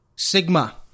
Sigma